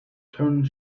turned